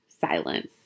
Silence